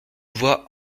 voix